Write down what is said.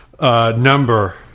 Number